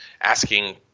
asking